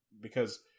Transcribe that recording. Because-